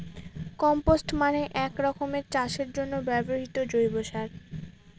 compost মানে এক রকমের চাষের জন্য ব্যবহৃত জৈব সার